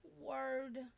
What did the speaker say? word